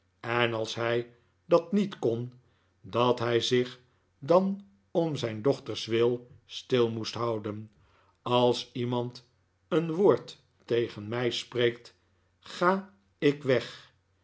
en als hij dat niet kon dat hij zich dan om zijn dochters wil stil moest houden als iemand een woord tegen mij spreekt ga ik weg